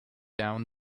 down